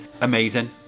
amazing